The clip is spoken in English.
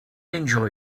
enjoy